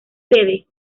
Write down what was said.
sede